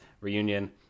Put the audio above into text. reunion